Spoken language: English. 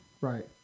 Right